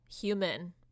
human